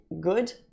good